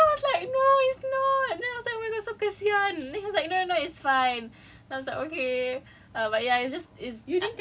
then I was like no it's not then I was like oh my god so kesian then he was like no no it's fine I was like okay